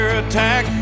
attack